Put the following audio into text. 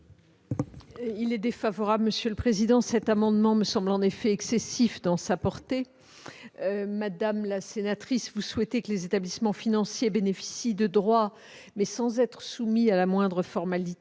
est défavorable. Cet amendement me semble en effet excessif dans sa portée. Madame la sénatrice, vous souhaitez que les établissements financiers bénéficient de droits, mais sans être soumis à la moindre formalité.